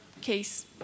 case